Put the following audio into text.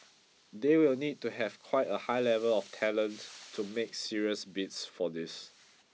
they will need to have quite a high level of talents to make serious bids for these